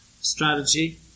strategy